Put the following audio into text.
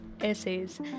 essays